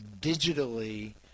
digitally